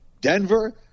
Denver